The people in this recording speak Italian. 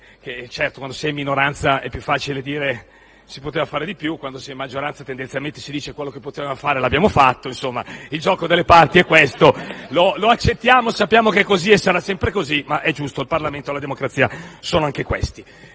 di più. Quando si è minoranza è più facile dire che si poteva fare di più. Quando si è maggioranza, tendenzialmente si dice che si è fatto ciò che si poteva fare. Insomma, il gioco delle parti è questo. Lo accettiamo; sappiamo che è così e sarà sempre così, ma è giusto. Il Parlamento e la democrazia sono anche questi.